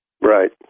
Right